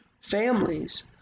families